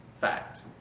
fact